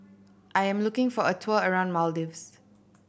I am looking for a tour around Maldives